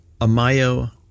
Amayo